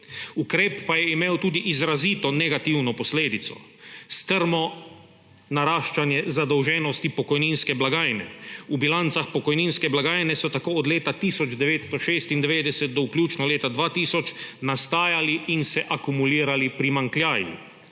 Ukrep pa je imel tudi izrazito negativno posledico, strmo naraščanje zadolženosti pokojninske blagajne. V bilancah pokojninske blagajne so tako od leta 1996 do vključno leta 2000 nastajali in se akumulirali primanjkljaji.